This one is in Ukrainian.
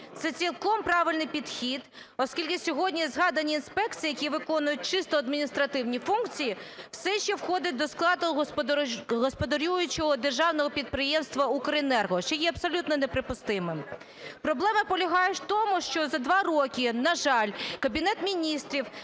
Це цілком правильний підхід, оскільки сьогодні згадані інспекції, які виконують чисто адміністративні функції, все ще входять до складу господарюючого державного підприємства "Укренерго", що є абсолютно неприпустимим. Проблема полягає в тому, що за два роки, на жаль, Кабінет Міністрів